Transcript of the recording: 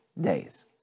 days